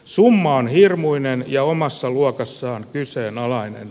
summa on hirmuinen ja omassa luokassaan kyseenalainen